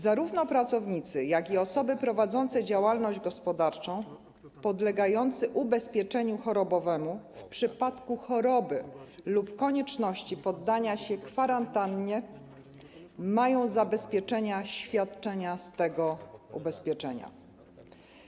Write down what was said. Zarówno pracownicy, jak i osoby prowadzące działalność gospodarczą, którzy podlegają ubezpieczeniu chorobowemu w przypadku choroby lub konieczności poddania się kwarantannie, mają zabezpieczone świadczenia z tego ubezpieczenia.